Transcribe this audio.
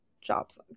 jobs